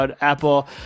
apple